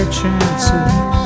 chances